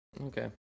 Okay